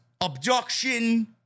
abduction